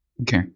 Okay